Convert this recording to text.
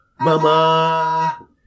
Mama